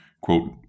quote